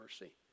mercy